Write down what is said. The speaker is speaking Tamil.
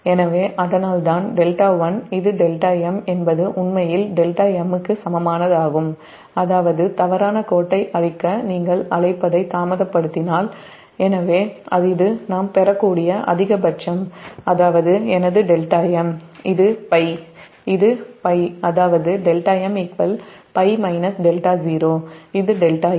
எனவே அதனால்தான் 𝜹1 இது 𝜹m என்பது உண்மையில் 𝜹m க்கு சமமானதாகும் அதாவது தவறான கோட்டை அழிக்க நீங்கள் அழைப்பதை தாமதப்படுத்தினால் இது நாம் பெறக்கூடிய அதிகபட்சம் அதாவது எனது 𝜹m இது π அதாவது 𝜹m𝝅 𝜹0 இது 𝜹m